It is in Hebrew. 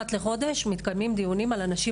אחת לחודש מתקיימים דיונים על הנשים